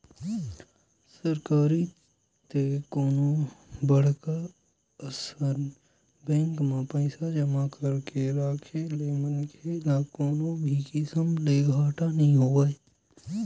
सरकारी ते कोनो बड़का असन बेंक म पइसा जमा करके राखे ले मनखे ल कोनो भी किसम ले घाटा नइ होवय